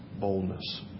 boldness